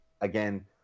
again